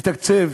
לתקצב,